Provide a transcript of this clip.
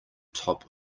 top